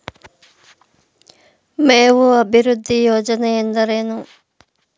ಮೇವು ಅಭಿವೃದ್ಧಿ ಯೋಜನೆ ಎಂದರೇನು?